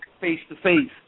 face-to-face